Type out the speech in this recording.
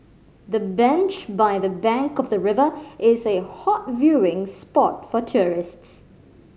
the bench by the bank of the river is a hot viewing spot for tourists